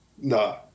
No